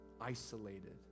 isolated